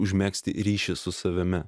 užmegzti ryšį su savimi